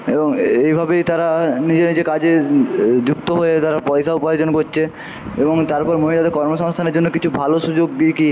এবং এইভাবেই তারা নিজে নিজে কাজে যুক্ত হয়ে তারা পয়সা উপার্জন করছে এবং তারপর মহিলাদের কর্মসংস্থানের জন্য কিছু ভালো সুযোগ